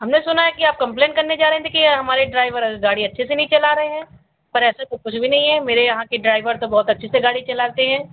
हमने सुना है कि आप कम्प्लेन करने जा रहे हैं कि हमारे ड्राइवर गाड़ी अच्छे से नहीं चला रहे हैं पर ऐसे तो कुछ भी नहीं है मेरे यहाँ के ड्राइवर तो बहुत अच्छे से गाड़ी चलाते हैं